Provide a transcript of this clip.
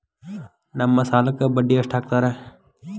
ನಮ್ ಸಾಲಕ್ ಬಡ್ಡಿ ಎಷ್ಟು ಹಾಕ್ತಾರ?